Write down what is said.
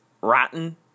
Rotten